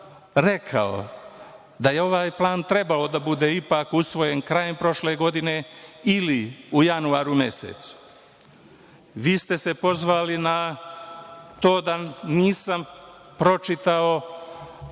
rekao da je ovaj plan trebao da bude ipak usvojen krajem prošle godine ili u januaru mesecu, vi ste se pozvali na to da nisam pročitao